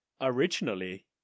Originally